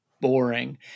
boring